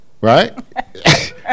right